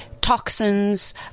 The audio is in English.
Toxins